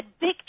big